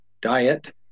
diet